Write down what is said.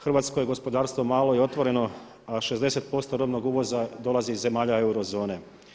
Hrvatsko je gospodarstvo malo i otvoreno a 60% robnog uvoza dolazi iz zemalja euro zone.